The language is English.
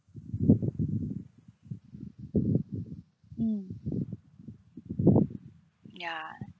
mm ya